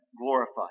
glorified